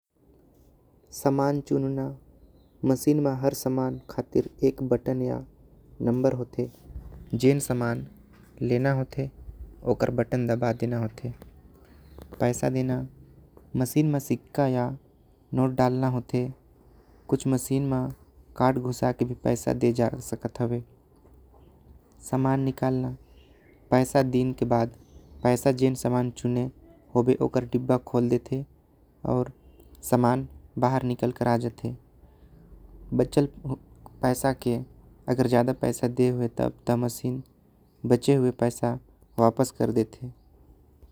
समान चुनना मशीन म हर समान खातिर एक बटन यह नंबर होते। जेन समान लेना होते तो ओकर बटन ल दबा देना होते। पैसा देना सिक्का या नोट डालना होते। कुछ मशीन म कार्ड घुसा के पैसा दे सकत। हैवे समान निकलना पैसा दिन के बाद पैसा समान चुने होवे। ओकर डिब्बा खोल देते आऊ समान बाहर निकल के आ जाते। बचल पैसा के ज्यादा पैसा देवे तब मशीन बचे हुए पैसा वापस कर देते।